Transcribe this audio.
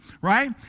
right